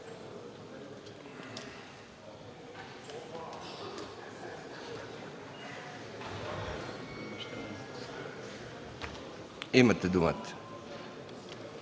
Имате думата.